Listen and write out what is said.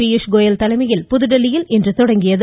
பியூஷ்கோயல் தலைமையில் புதுதில்லியில் இன்று தொடங்கியது